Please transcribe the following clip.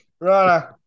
right